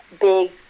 big